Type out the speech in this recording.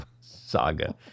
saga